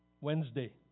Wednesday